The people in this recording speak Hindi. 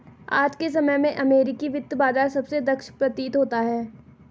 आज के समय में अमेरिकी वित्त बाजार सबसे दक्ष प्रतीत होता है